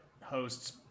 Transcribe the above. hosts